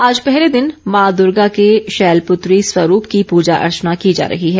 आज पहले दिन मां दुर्गा के शैलपुत्री स्वरूप की पूजा अर्चना की जा रही है